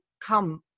come